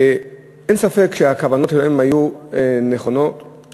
אין ספק שהכוונות שלהם היו נכונות,